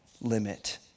limit